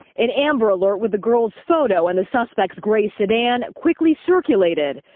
an amber alert with the girl's photo and the suspect's gray sedan quickly circulated.